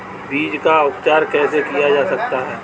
बीज का उपचार कैसे किया जा सकता है?